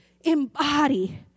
embody